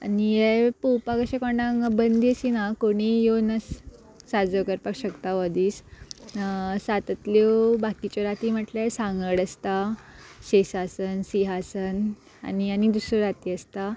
आनी हे पोवपाक अशें कोणाक बंदीशी ना कोणीय येवन अस साजरो करपाक शकता हो दीस सातांतल्यो बाकिच्यो राती म्हटल्यार सांगोड आसता शेशासन सिंहासन आनी आनीग दुसऱ्यो राती आसता